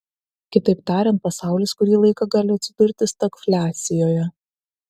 kitaip tariant pasaulis kurį laiką gali atsidurti stagfliacijoje